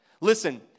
Listen